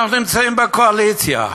אנחנו נמצאים בקואליציה.